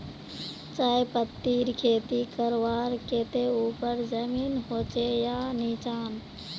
चाय पत्तीर खेती करवार केते ऊपर जमीन होचे या निचान?